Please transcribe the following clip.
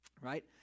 Right